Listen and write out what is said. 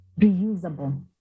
reusable